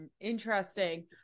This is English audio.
Interesting